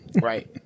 Right